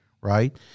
right